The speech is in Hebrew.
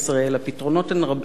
הפתרונות הם רבים מאוד,